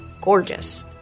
gorgeous